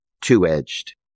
two-edged